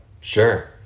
Sure